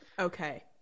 Okay